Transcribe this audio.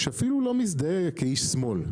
שאפילו לא מזדהה כאיש שמאל,